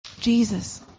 Jesus